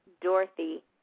Dorothy